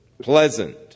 Pleasant